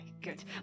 good